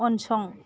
उनसं